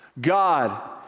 God